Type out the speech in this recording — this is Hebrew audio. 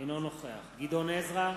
אינו נוכח גדעון עזרא,